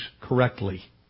correctly